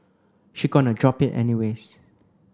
she gonna drop it anyways